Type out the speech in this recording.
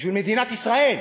בשביל מדינת ישראל.